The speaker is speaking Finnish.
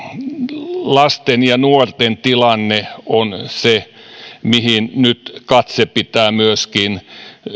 lasten ja nuorten tilanne on se mihin nyt katse pitää myöskin